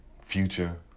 future